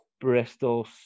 Bristol